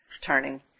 turning